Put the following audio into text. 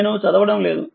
నేను చదవడం లేదు